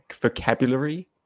vocabulary